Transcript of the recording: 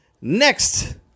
Next